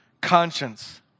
conscience